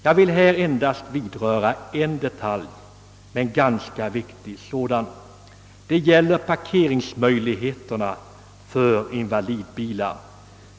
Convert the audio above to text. Jag vill nu bara beröra en ganska viktig detalj, nämligen parkeringsmöjligheterna för invalidbilar.